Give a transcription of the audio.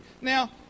Now